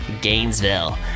Gainesville